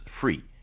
free